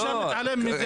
לא, אי אפשר להתעלם מזה.